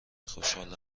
خوشحال